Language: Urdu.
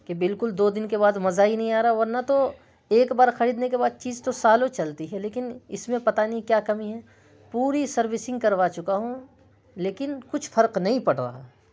کہ بالکل دو دن کے بعد مزہ ہی نہیں آ رہا ورنہ تو ایک بار خریدنے کے بعد چیز تو سالوں چلتی ہے لیکن اس میں پتہ نہیں کیا کمی ہے پوری سروسنگ کروا چکا ہوں لیکن کچھ فرق نہیں پڑ رہا ہے